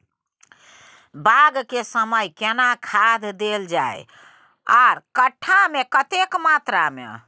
बाग के समय केना खाद देल जाय आर कट्ठा मे कतेक मात्रा मे?